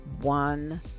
one